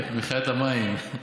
מבחינת המים.